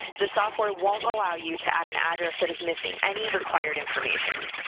the software won't allow you to add an address that is missing any required information.